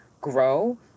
grow